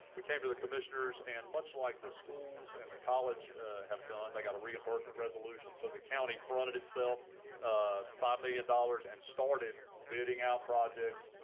we came to the commissioners and much like the schools and the college have done they got a reimbursement resolution. so the county fronted itself five million dollars and started bidding out projects.